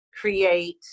create